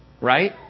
right